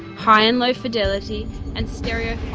high and low fidelity and stereophonic.